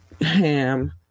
ham